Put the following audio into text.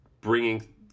bringing